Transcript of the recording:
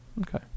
Okay